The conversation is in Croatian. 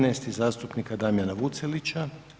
13. zastupnika Damjana Vucelića.